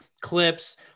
clips